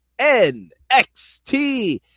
NXT